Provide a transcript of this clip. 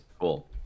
Cool